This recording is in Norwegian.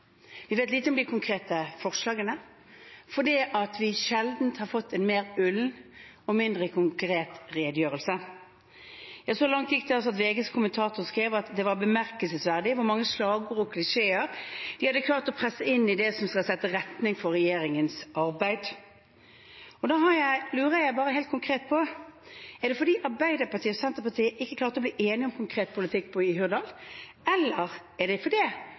Vi vet lite om de konkrete forslagene, fordi vi sjelden har fått en mer ullen og mindre konkret redegjørelse. Så langt gikk det at VGs kommentator skrev at det var bemerkelsesverdig hvor mange slagord og klisjeer de hadde klart å presse inn i det som skal sette retning for regjeringens arbeid. Da lurer jeg helt konkret på: Er det fordi Arbeiderpartiet og Senterpartiet ikke klarte å bli enige om en konkret politikk i Hurdal, eller er det fordi Arbeiderpartiet har begynt å tvile på egne løsninger at det